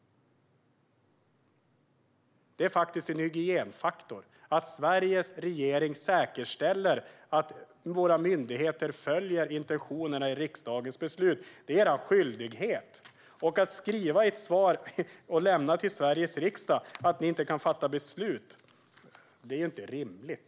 Det är faktiskt en hygienfaktor att Sveriges regering säkerställer att våra myndigheter följer intentionerna i riksdagens beslut. Det är er skyldighet. Att skriva i ett interpellationssvar till Sveriges riksdag att ni inte kan fatta beslut är inte rimligt.